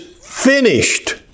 finished